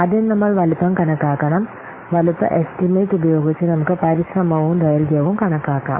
ആദ്യം നമ്മൾ വലുപ്പം കണക്കാക്കണം വലുപ്പ എസ്റ്റിമേറ്റ് ഉപയോഗിച്ച് നമുക്ക് പരിശ്രമവും ദൈർഘ്യവും കണക്കാക്കാം